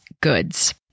goods